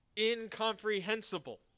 incomprehensible